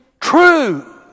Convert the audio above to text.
true